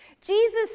Jesus